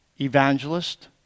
evangelist